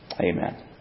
amen